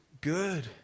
good